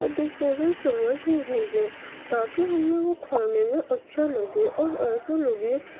اور ڈسپوزل چمچ بھی بھیجیں تاکہ ہمیں وہ کھانے میں اچھا لگے اور ایسا لگے